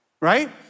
right